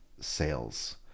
sales